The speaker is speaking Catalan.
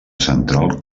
central